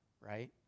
right